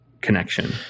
connection